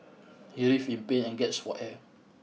he writhed in pain and gasped for air